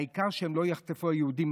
העיקר שהיהודים לא יחטפו מכות.